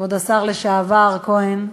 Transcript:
כבוד השר לשעבר כהן,